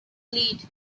lead